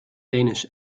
danish